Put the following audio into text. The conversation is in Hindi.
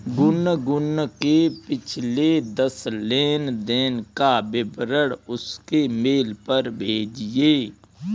गुनगुन के पिछले दस लेनदेन का विवरण उसके मेल पर भेजिये